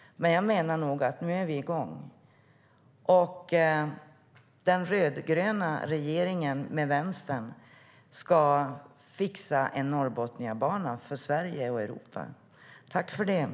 Men jag menar nog att nu är vi igång. Den rödgröna regeringen med Vänstern ska fixa en Norrbotniabana för Sverige och Europa. Tack för det!